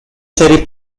serie